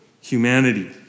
humanity